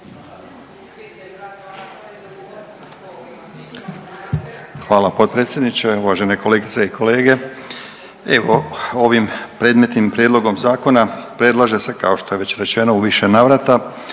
Hvala potpredsjedniče, uvažene kolegice i kolege. Evo ovim predmetnim prijedlogom zakona predlaže se kao što je već rečeno u više navrata